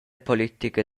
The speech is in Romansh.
politica